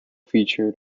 featured